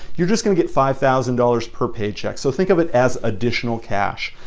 you're just gonna get five thousand dollars per paycheck. so think of it as additional cash.